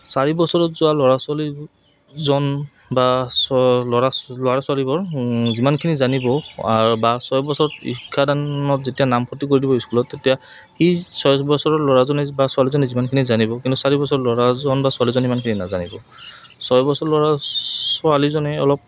চাৰি বছৰত যোৱা ল'ৰা ছোৱালীজন বা চ ল'ৰা ল'ৰা ছোৱালীবোৰ যিমানখিনি জানিব আ বা ছয় বছৰ শিক্ষাদানত যেতিয়া নামভৰ্তি কৰি দিব স্কুলত তেতিয়া সি ছয় বছৰৰ ল'ৰাজনে বা ছোৱালীজনী যিমানখিনি জানিব কিন্তু চাৰি বছৰ ল'ৰাজন বা ছোৱালীজনী সিমানখিনি নাজানিব ছয় বছৰ ল'ৰা ছোৱালীজনে অলপ